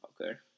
Okay